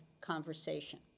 conversation